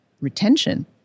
retention